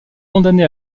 condamné